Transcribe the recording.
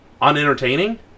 unentertaining